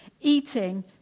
Eating